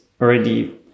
already